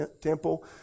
temple